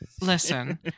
Listen